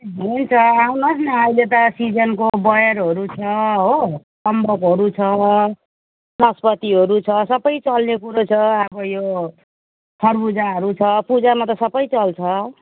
हुन्छ आउनुहोस् न अहिले त सिजनको बयरहरू छ हो अम्बकहरू छ नस्पतिहरू छ सबै चल्ने कुरो छ अब यो खरबुजाहरू छ पूजामा त सबै चल्छ